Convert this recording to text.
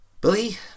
Billy